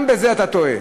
גם בזה אתה טועה.